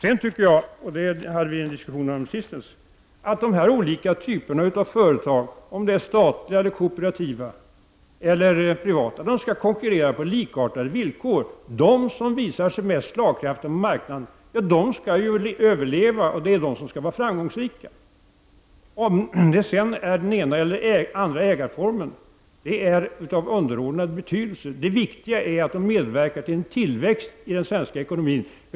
Enligt min uppfattning skall de olika typerna av företag, vare sig det är statliga, kooperativa eller privata företag, konkurrera på likartade villkor. Den diskussionen förde vi häromsistens. De företag som visar sig mest slagkraftiga på marknaden skall överleva och vara framgångsrika. Om de sedan arbetar under den ena eller andra ägarformen är av underordnad betydelse. Det viktiga är att de medverkar till tillväxt i den svenska ekonomin.